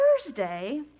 Thursday